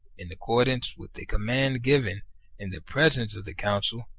in accordance with a command given in the presence of the council,